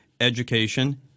education